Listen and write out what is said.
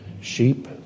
sheep